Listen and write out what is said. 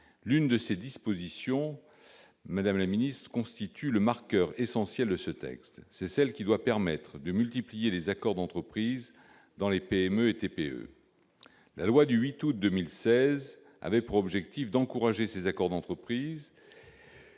L'une de ces dispositions, madame la ministre, constitue le marqueur essentiel de ce texte : celle qui doit permettre de multiplier les accords d'entreprise dans les PME et TPE. La loi du 8 août 2016, qui avait pour objectif d'encourager ces accords d'entreprise,